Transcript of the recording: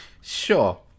Sure